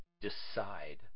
decide